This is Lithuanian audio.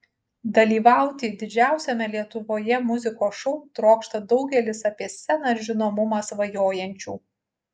dalyvauti didžiausiame lietuvoje muzikos šou trokšta daugelis apie sceną ir žinomumą svajojančių